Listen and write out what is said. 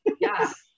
Yes